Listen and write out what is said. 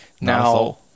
Now